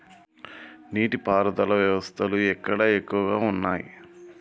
నీటి పారుదల వ్యవస్థలు ఎక్కడ ఎక్కువగా ఉన్నాయి?